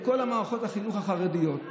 בכל מערכות החינוך החרדיות,